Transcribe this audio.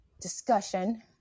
discussion